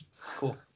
Cool